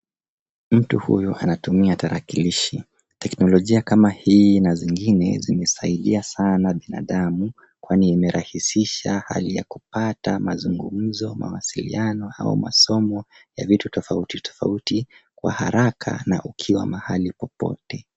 Mtu huyu anatumia tarakilishi. Teknolojia kama hii na zingine zimesaidia sana binadamu, kwani imerahisisha hali ya kupata mazungumzo, mawasiliano, au masomo ya vitu tofauti tofauti kwa haraka na ukiwa mahali popote.